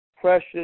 precious